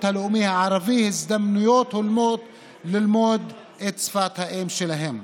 הלאומי הערבי הזדמנויות הולמות ללמוד את שפת האם שלהם."